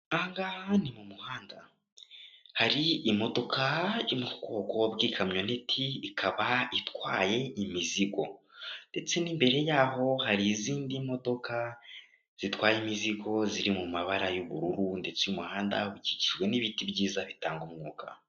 Aha ngaha ni mu muhanda, hari imodoka yo mu bwoko bw'ikamyoneti ikaba itwaye imizigo, ndetse n'imbere y'aho hari izindi modoka zitwaye imizigo ziri mu mabara y'ubururu, ndetse uyu muhanda ukikijwe n'ibiti byiza bitanga umwuka.